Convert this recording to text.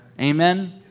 amen